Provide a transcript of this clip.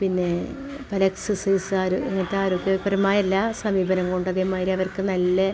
പിന്നെ പല എക്സർസൈസ് ആര് ഇങ്ങനത്തെ ആരോഗ്യപരമായ എല്ലാ സമീപനം കൊണ്ട് അതേമാതിരി അവർക്ക് നല്ല